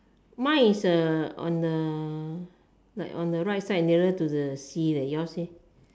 mine is uh on a like on a right side nearer to the sea leh yours leh